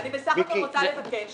אני בסך הכול רוצה לבקש